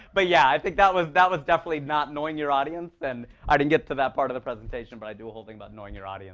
but yeah, i think that was that was definitely not knowing your audience. and i didn't get to that part of the presentation, but i do a whole thing about knowing your audience.